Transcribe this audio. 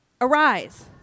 Arise